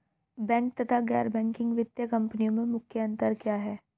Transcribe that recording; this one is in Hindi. बैंक तथा गैर बैंकिंग वित्तीय कंपनियों में मुख्य अंतर क्या है?